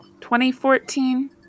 2014